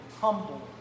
humble